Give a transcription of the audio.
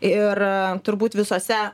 ir turbūt visose